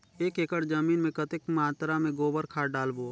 एक एकड़ जमीन मे कतेक मात्रा मे गोबर खाद डालबो?